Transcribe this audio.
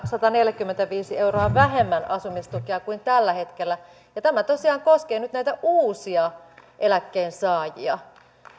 sataneljäkymmentäviisi euroa vähemmän asumistukea kuin tällä hetkellä tämä tosiaan koskee nyt näitä uusia eläkkeensaajia